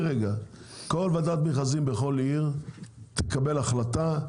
כל ועדת מכרזים בכל עיר תקבל החלטה,